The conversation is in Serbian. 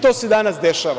To se danas dešava.